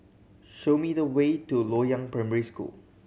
show me the way to Loyang Primary School